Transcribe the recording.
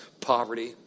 poverty